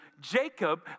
Jacob